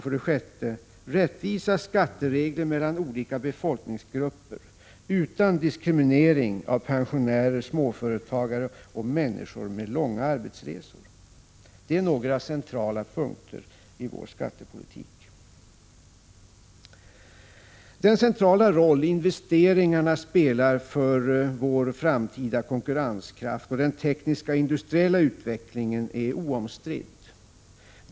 För det sjätte: Rättvisa skatteregler mellan olika befolkningsgrupper utan diskriminering av pensionärer, småföretagare och människor med långa arbetsresor. Det är några centrala punkter i vår skattepolitik. Den centrala roll investeringarna spelar för vår framtida konkurrenskraft och den tekniska och industriella utvecklingen är oomstridd.